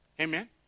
Amen